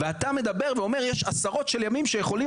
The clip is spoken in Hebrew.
ואתה מדבר ואומר יש עשרות של ימים שיכולים